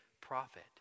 prophet